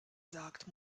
sagt